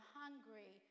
hungry